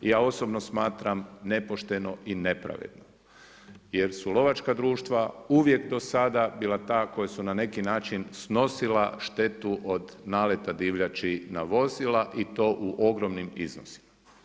Ja osobno smatram nepošteno i nepravedno jer su lovačka društva uvijek do sada bila ta koja su na neki način snosila štetu od naleta divljači na vozila i to u ogromnim iznosima.